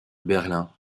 berlin